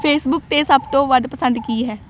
Facebook 'ਤੇ ਸਭ ਤੋਂ ਵੱਧ ਪਸੰਦ ਕੀ ਹੈ